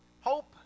Hope